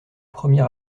premier